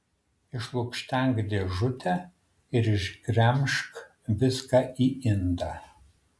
išlukštenk dėžutę ir išgremžk viską į indą